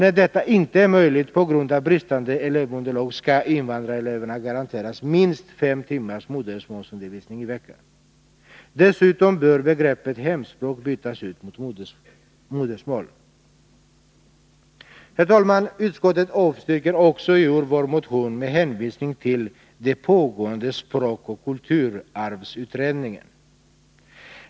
Där detta inte är möjligt på grund av bristande elevunderlag skall invandrarelever garanteras minst fem timmars modersmålsundervisning i veckan. Dessutom bör begreppet hemspråk bytas ut mot modersmål. Herr talman! Utskottet avstyrker också i år vår motion med hänvisning till den pågående språkoch kultursarvsutredningen.